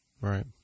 Right